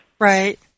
Right